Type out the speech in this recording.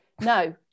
No